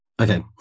Okay